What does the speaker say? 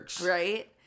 Right